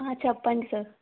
చెప్పండి సార్